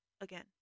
again